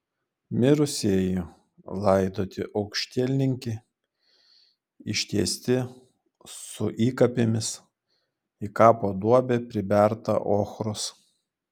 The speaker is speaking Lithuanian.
mirusieji laidoti aukštielninki ištiesti su įkapėmis į kapo duobę priberta ochros